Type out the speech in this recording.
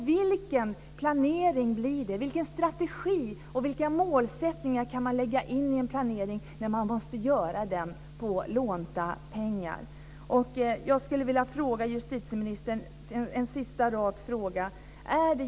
Vilken planering blir det, vilken strategi och vilka målsättningar kan man lägga in i en planering när man måste göra den på lånta pengar?